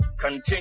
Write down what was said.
continue